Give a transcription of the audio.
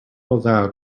allowed